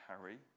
Harry